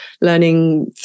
learning